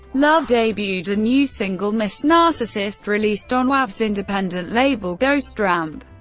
love debuted a new single, miss narcissist, released on wavves' independent label ghost ramp.